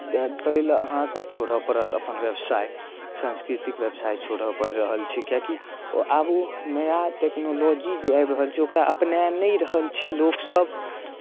ताहि लेल अहाँकेँ छोड़य पड़त अपन व्यवसाय सांस्कृतिक व्यवसाय छोड़य पड़ि रहल छै किएकि आब ओ नया टेक्नोलॉजी जे आबि रहल छै ओकरा अपनाए नहि रहल छै लोक सभ